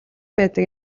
байдаг